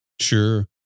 Sure